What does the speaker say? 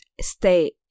stay